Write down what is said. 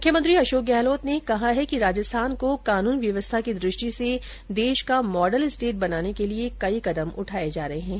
मुख्यमंत्री अशोक गहलोत ने कहा है कि राजस्थान को कानून व्यवस्था की दृष्टि से देश का मॉडल स्टेट बनाने के लिए कई कदम उठाए जा रहे है